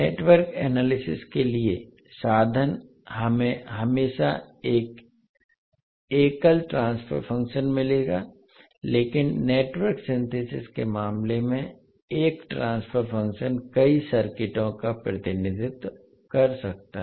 network analysis के लिए साधन हमें हमेशा एक एकल ट्रांसफर फंक्शन मिलेगा लेकिन नेटवर्क सिंथेसिस के मामले में एक ट्रांसफर फंक्शन कई सर्किटों का प्रतिनिधित्व कर सकता है